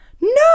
No